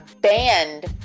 banned